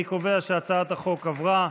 אני קובע שהצעת החוק עברה,